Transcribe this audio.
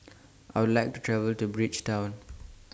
I Would like to travel to Bridgetown